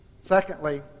Secondly